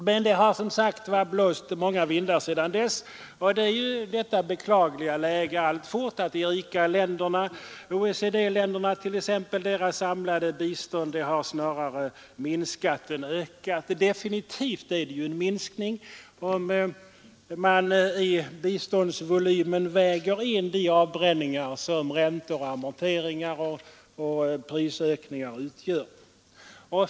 Men det har som sagt blåst många vindar sedan dess, och vi har alltfort detta beklagliga läge att det samlade biståndet från de rika länderna — OECD-länderna t.ex. — snarare minskat än ökat. Och definitivt är det en minskning om man i biståndsvolymen väger in de avbränningar som räntor, amorteringar och prisökningar utgör.